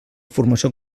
formació